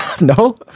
No